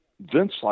Vince